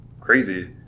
crazy